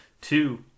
Two